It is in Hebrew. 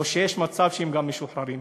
או שיש מצב שהם גם משוחררים?